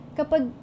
kapag